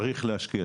צריך להשקיע.